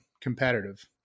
competitive